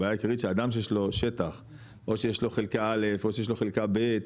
הבעיה העיקרית שאדם שיש לו שטח או שיש לו חלקה א' או שיש לו חלקה ב',